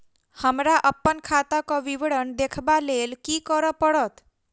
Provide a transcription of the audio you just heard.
हमरा अप्पन खाताक विवरण देखबा लेल की करऽ पड़त?